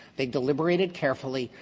they deliberated carefully.